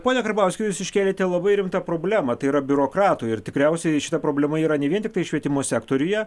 pone karbauski jūs iškėlėte labai rimtą problemą tai yra biurokratų ir tikriausiai šita problema yra ne vien tiktai švietimo sektoriuje